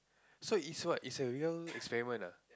so is what is a real experiment ah